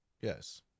Yes